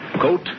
Coat